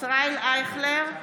ישראל אייכלר,